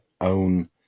own